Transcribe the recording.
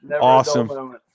awesome